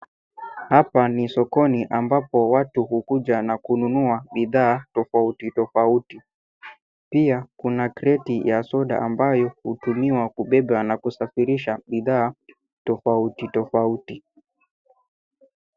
Hapa ni sokoni ambapo watu hukuja na kununua bidhaa tofauti tofauti. Pia kuna kreti ya soda ambayo hutumiwa kubeba na kusafirisha bidhaa tofauti tofauti.